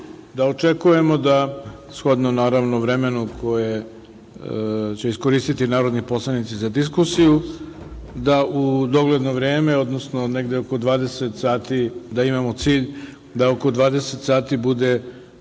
da očekujemo da, shodno naravno vremenu koje će iskoristiti narodni poslanici za diskusiju, u dogledno vreme, odnosno negde oko 20.00 sati, da imamo cilj da oko 20.00 sati bude,